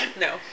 No